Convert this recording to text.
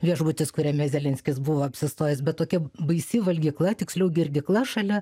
viešbutis kuriame zelenskis buvo apsistojęs bet tokia baisi valgykla tiksliau girdykla šalia